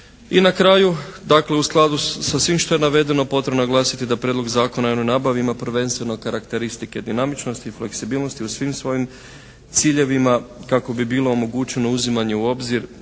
I na kraju, dakle u skladu sa svim što je navedeno potrebno je naglasiti da Prijedlog Zakona o javnoj nabavi ima prvenstveno karakteristike dinamičnosti, fleksibilnosti u svim svojim ciljevima kako bi bilo omogućeno uzimanje u obzir